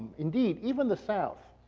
indeed, even the south,